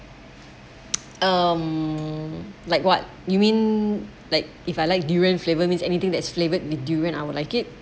um like what you mean like if I like durian flavour means anything that's flavoured with durian I will like it